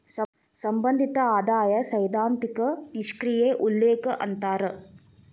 ಸಂಬಂಧಿತ ಆದಾಯ ಸೈದ್ಧಾಂತಿಕ ನಿಷ್ಕ್ರಿಯ ಉಲ್ಲೇಖ ಅಂತಾರ